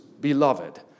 beloved